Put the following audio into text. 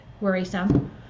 worrisome